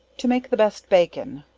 to make the best bacon.